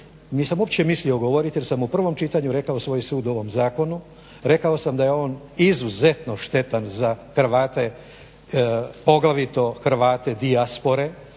nisam uopće mislio govoriti jer sam u prvom čitanju rekao svoj sud o ovom zakonu. Rekao sam da je on izuzetno štetan za Hrvate poglavito Hrvate dijaspore,